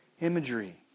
imagery